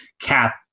cap